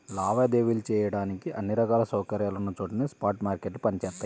లావాదేవీలు చెయ్యడానికి అన్ని రకాల సౌకర్యాలున్న చోటనే స్పాట్ మార్కెట్లు పనిచేత్తయ్యి